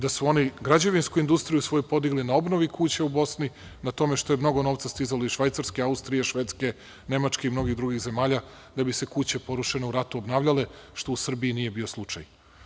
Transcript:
Oni su svoju građevinsku industriju podigli na obnovi kuća u Bosni, na tome što je mnogo novca stizalo iz Švajcarske, Austrije, Švedske, Nemačke i mnogo drugih zemalja da bi se kuće porušene u ratu obnavljale, što u Srbiji nije bio slučaj.